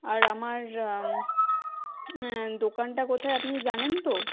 আর আমার দোকানটা কোথায় আপনি জানেন তো